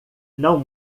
não